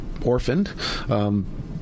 orphaned